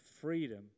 freedom